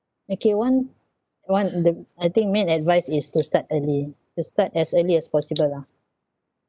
okay one one in the I think my advice is to start early to start as early as possible lah